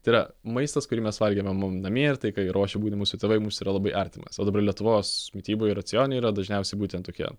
tai yra maistas kurį mes valgėme mum namie ir tai ka jį ruošė mūsų tėvai mums yra labai artimas o dabar lietuvos mityboj racione yra dažniausiai būtent tokie